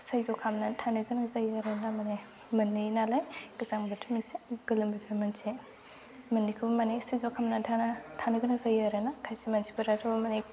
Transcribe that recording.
सैज्य खामनानै थानो गोनां जायो थारमाने मोननै नालाय गोजां बोथोर मोनसे गोलोम बोथोर मोनसे मोननैखौबो माने सैज्य खालामनानै थानो थानो गोनां जायो आरो ना खायसे मानसिफोराथ' माने